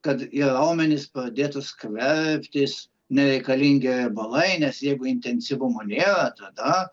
kad į raumenis pradėtų skverbtis nereikalingi riebalai nes jeigu intensyvumo nėra tada